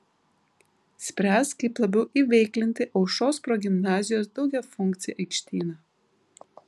spręs kaip labiau įveiklinti aušros progimnazijos daugiafunkcį aikštyną